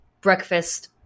breakfast